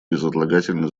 безотлагательно